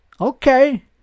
Okay